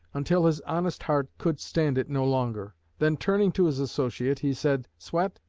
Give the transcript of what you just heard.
until his honest heart could stand it no longer then, turning to his associate, he said swett,